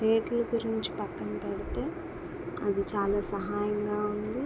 రేట్లు గురించి పక్కన పెడితే అది చాలా సహాయంగా ఉంది